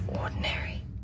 ordinary